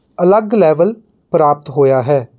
ਅਲੱਗ ਲੈਵਲ ਪ੍ਰਾਪਤ ਹੋਇਆ ਹੈ